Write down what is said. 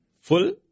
Full